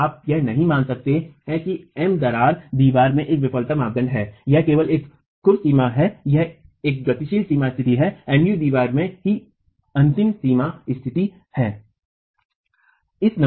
तो आप यह नहीं मान सकते हैं कि M दरार दीवार में एक विफलता मानदंड है यह केवल एक खुर सीमा है यह एक गतिशीलता सीमा स्तिथि है M u दीवार में ही अंतिम सीमा स्थिति है